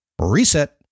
reset